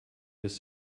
this